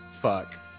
fuck